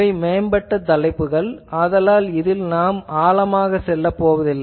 இவை மேம்பட்ட தலைப்புக்கள் ஆதலால் இதில் நாம் ஆழமாகச் செல்வதில்லை